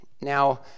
Now